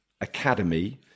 academy